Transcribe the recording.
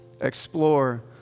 Explore